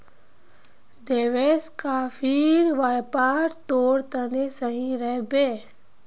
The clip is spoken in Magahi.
देवेश, कॉफीर व्यापार तोर तने सही रह बे